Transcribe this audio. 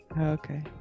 okay